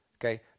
okay